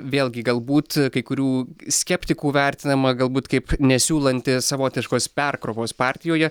vėlgi galbūt kai kurių skeptikų vertinama galbūt kaip nesiūlanti savotiškos perkrovos partijoje